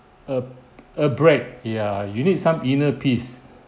a a break ya you need some inner peace